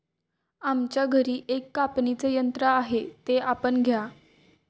आमच्या घरी एक कापणीचे यंत्र आहे ते आपण घ्या